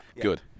Good